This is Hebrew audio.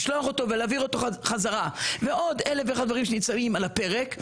לשלוח אותו ולהעביר אותו חזרה; ועוד אלף ואחד דברים שנמצאים על הפרק,